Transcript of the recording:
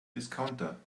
discounter